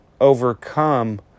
...overcome